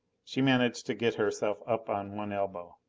she managed to get herself up on one elbow.